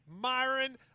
Myron